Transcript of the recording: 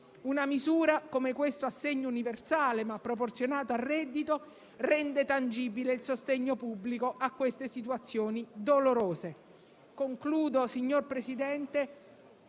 Una misura, come l'assegno universale, ma proporzionato al reddito, rende tangibile il sostegno pubblico a queste situazioni